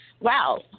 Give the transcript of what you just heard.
wow